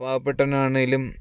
പാവപ്പെട്ടനാണെങ്കിലും